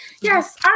yes